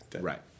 Right